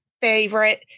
favorite